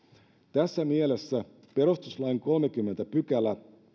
tässä mielessä perustuslain kolmaskymmenes pykälä